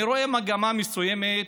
אני רואה מגמה מסוימת,